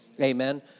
Amen